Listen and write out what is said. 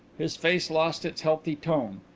his face lost its healthy tone.